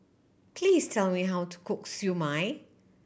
please tell me how to cook Siew Mai